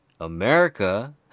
America